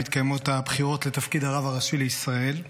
מתקיימות הבחירות לתפקיד הרב הראשי לישראל.